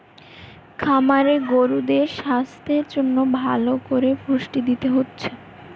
খামারে গরুদের সাস্থের জন্যে ভালো কোরে পুষ্টি দিতে হচ্ছে